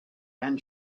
and